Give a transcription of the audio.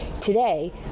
today